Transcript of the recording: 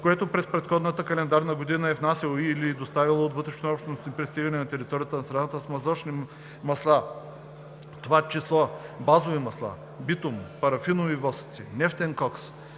което през предходната календарна година е внасяло и/или доставяло от вътрешнообщностни пристигания на територията на страната смазочни масла (в т.ч. базови масла), битум, парафинови восъци, нефтен кокс,